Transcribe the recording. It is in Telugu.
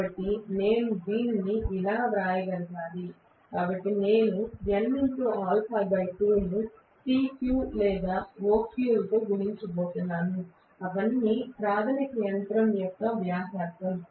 కాబట్టి నేను దీనిని ఇలా వ్రాయగలగాలి కాబట్టి నేను nα2 ను PQ లేదా OQ తో గుణించబోతున్నాను అవన్నీ ప్రాథమికంగా యంత్రం యొక్క వ్యాసార్థం